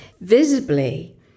visibly